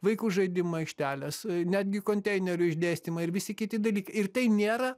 vaikų žaidimų aikštelės netgi konteinerių išdėstymai ir visi kiti dalykai ir tai nėra